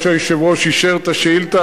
אף-על-פי שהיושב-ראש אישר את השאילתא,